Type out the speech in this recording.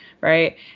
right